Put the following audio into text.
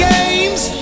Games